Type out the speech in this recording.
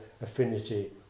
affinity